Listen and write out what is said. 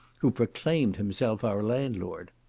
who proclaimed himself our landlord.